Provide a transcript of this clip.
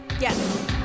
Yes